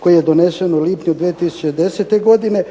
koji je donešen u lipnju 2010. godine.